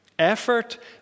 Effort